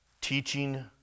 teaching